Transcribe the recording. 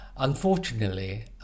Unfortunately